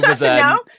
No